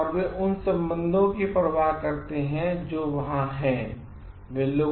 वे उन संबंधों की परवाह करते हैं जोवहांहैं